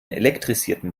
elektrisierten